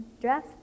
dress